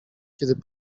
który